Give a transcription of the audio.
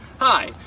Hi